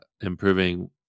improving